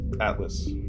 Atlas